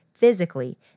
Physically